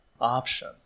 option